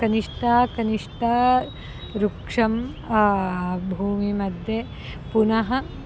कनिष्ठं कनिष्ठं वृक्षं भूमिमध्ये पुनः